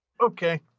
Okay